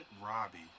Robbie